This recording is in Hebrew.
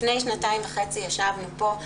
לפני שנתיים וחצי ישבנו פה.